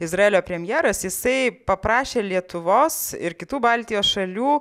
izraelio premjeras jisai paprašė lietuvos ir kitų baltijos šalių